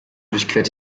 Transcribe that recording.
durchquert